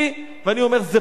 ואני אומר שזה פסול.